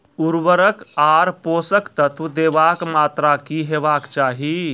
उर्वरक आर पोसक तत्व देवाक मात्राकी हेवाक चाही?